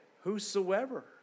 Whosoever